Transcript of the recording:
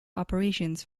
operations